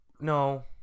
No